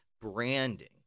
branding